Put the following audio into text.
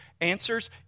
answers